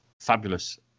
fabulous